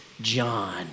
John